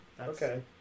Okay